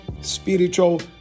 spiritual